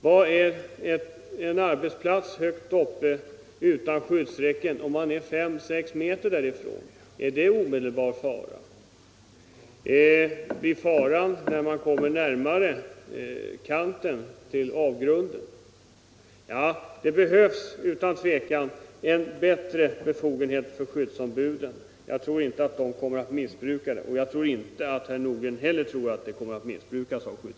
Innebär avsaknaden av skyddsräcke att det är fråga om omedelbar fara, när arbetet försiggår 5 å 6 meter från kanten till avgrunden? Eller blir det farligt först när man kommer närmare? Det behövs utan tvivel större befogenheter för skyddsombuden. Jag tror inte att de kommer att missbrukas, och jag tror inte att herr Nordberg heller tror att så kommer att bli fallet.